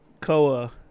Koa